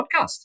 podcast